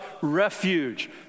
refuge